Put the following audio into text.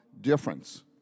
difference